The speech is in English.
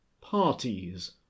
parties